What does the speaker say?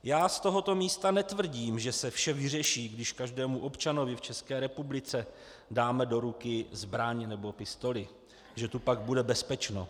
Já z tohoto místa netvrdím, že se vše vyřeší, když každému občanovi v České republice dáme do ruky zbraň nebo pistoli, že tu pak bude bezpečno.